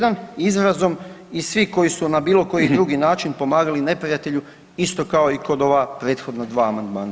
1 izrazom „i svi koji su na bilo koji drugi način pomagali neprijatelju“, isto kao i kod ova prethodna 2 amandmana.